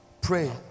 pray